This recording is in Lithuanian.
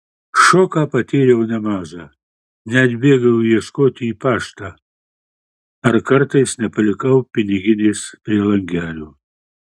šoką patyriau nemažą net bėgau ieškoti į paštą ar kartais nepalikau piniginės prie langelio